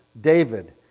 David